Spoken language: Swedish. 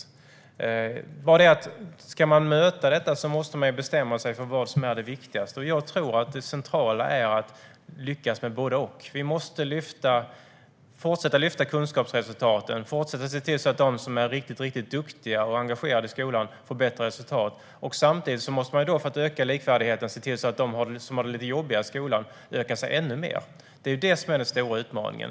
Det är bara det att om man ska möta detta måste man bestämma sig för vad som är det viktigaste, och jag tror att det centrala är att lyckas med både och. Vi måste fortsätta att lyfta kunskapsresultaten och fortsätta att se till att de som är riktigt duktiga och engagerade i skolan får bättre resultat. Samtidigt måste vi, för att öka likvärdigheten, se till att de som har det lite jobbigare i skolan förbättrar sina resultat ännu mer. Det är det som är den stora utmaningen.